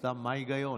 סתם, מה ההיגיון?